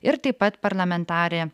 ir taip pat parlamentarė